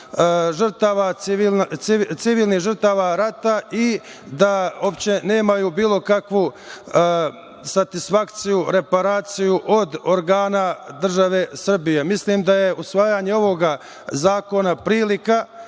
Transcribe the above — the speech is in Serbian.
status civilnih žrtava rata i da uopšte nemaju bilo kakvu satisfakciju, reparaciju od organa države Srbije. Mislim da je usvajanje ovog zakona prilika